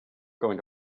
going